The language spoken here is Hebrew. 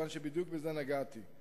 כיוון שבדיוק בזה נגעתי.